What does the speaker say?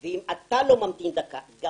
אז כל המקומות באמת יתחילו להיות מונגשים.